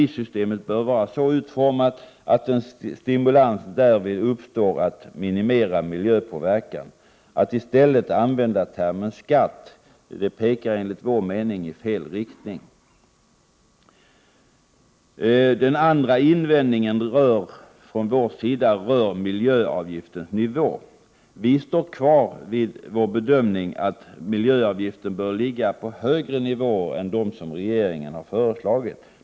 1988/89:46 utformat att en stimulans uppstår att minimera miljöpåverkan. Att i stället 15 december 1988 använda termen skatt pekar enligt vår mening i fel riktning. Ur TSE Aa Den andra invändningen från vår sida rör miljöavgiftens nivå. Vi står kvar vid vår bedömning att miljöavgifter bör ligga på högre nivå än dem som flygtrafik regeringen föreslagit.